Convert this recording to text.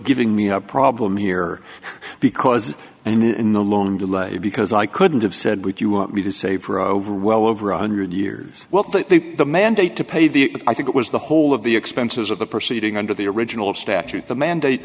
giving me a problem here because in the long delay because i couldn't have said would you want me to save for over well over one hundred years well the mandate to pay the i think it was the whole of the expenses of the proceeding under the original of statute the mandate